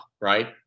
right